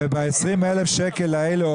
וב-20,000 שקל האלה,